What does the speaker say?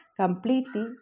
completely